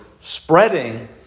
spreading